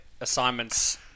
assignments